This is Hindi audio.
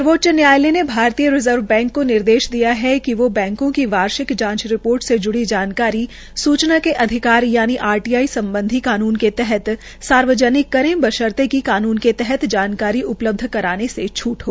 सर्वोच्च न्यायालय ने भारतीय रिज़र्व बैंक के निर्देश दिया है कि बैंको की वार्षिक जांच रिपोर्ट से ज्ड़ी जानकारी सूचना के अधिकार यानि आरटीआई सम्बधी कानून के तहत सार्वजनिक करें बशर्ते कि कानून के तहत जानकारी उपलब्ध कराने से छूट हो